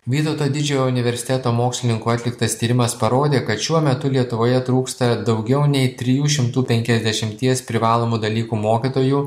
vytauto didžiojo universiteto mokslininkų atliktas tyrimas parodė kad šiuo metu lietuvoje trūksta daugiau nei trijų šimtų penkiasdešimties privalomų dalykų mokytojų